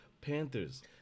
Panthers